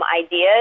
ideas